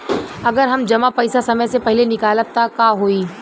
अगर हम जमा पैसा समय से पहिले निकालब त का होई?